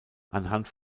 anhand